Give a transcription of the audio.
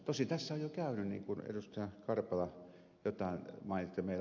tosin tässä on jo käynyt niin kuin ed